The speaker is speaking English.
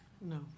No